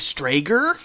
Strager